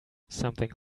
something